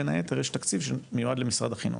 בין היתר יש תקציב שמיועד למשרד החינוך.